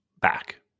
back